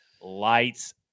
lights